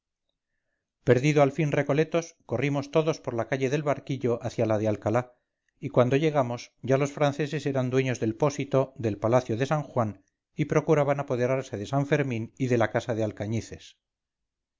perdido al fin recoletos corrimos todos por la calle del barquillo hacia la de alcalá y cuando llegamos ya los franceses eran dueños del pósito del palacio de san juan y procuraban apoderarse de san fermín y de la casa de alcañices